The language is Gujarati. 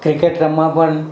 ક્રિકેટ રમવા પણ